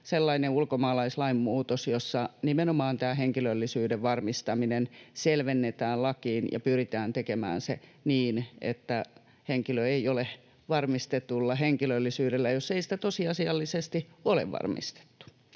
sellainen ulkomaalaislain muutos, jossa nimenomaan tämä henkilöllisyyden varmistaminen selvennetään lakiin, ja pyritään tekemään se niin, että henkilö ei ole varmistetulla henkilöllisyydellä, jos ei sitä tosiasiallisesti ole varmistettu.